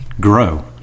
grow